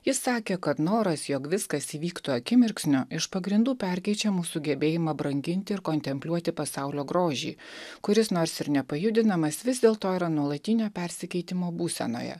jis sakė kad noras jog viskas įvyktų akimirksniu iš pagrindų perkeičia mūsų gebėjimą branginti ir kontempliuoti pasaulio grožį kuris nors ir nepajudinamas vis dėlto yra nuolatinio persikeitimo būsenoje